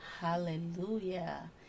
Hallelujah